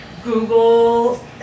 Google